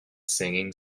singing